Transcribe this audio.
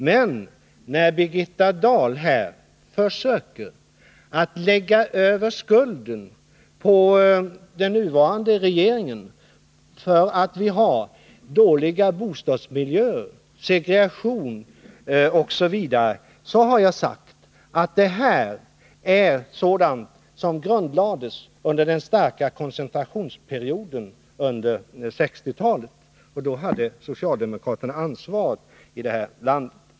Men när Birgitta Dahl här försöker att lägga över skulden på den nuvarande regeringen för att vi har dåliga bostadsmiljöer, segregation osv. säger jag att detta är sådant som grundlades under den starka koncentrationsperioden på 1960-talet, och då hade socialdemokraterna ansvaret i det här landet.